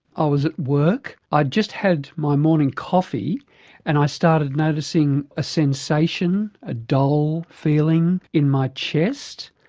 i was at work. i'd just had my morning coffee and i started noticing a sensation, a dull feeling in my chest.